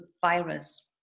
virus